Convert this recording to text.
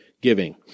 giving